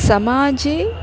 समाजे